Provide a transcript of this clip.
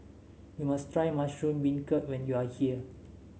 you must try Mushroom Beancurd when you are here